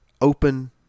open